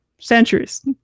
Centuries